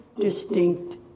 distinct